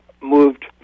moved